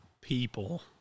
people